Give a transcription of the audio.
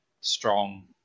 Strong